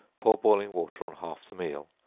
pour boiling water on half the meal,